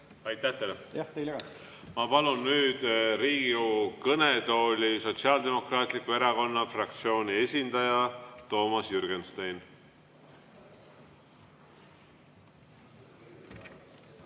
Jah. Teile ka! Ma palun nüüd Riigikogu kõnetooli Sotsiaaldemokraatliku Erakonna fraktsiooni esindaja Toomas Jürgensteini.